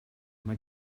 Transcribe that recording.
mae